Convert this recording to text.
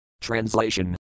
Translation